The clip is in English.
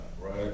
right